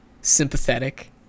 sympathetic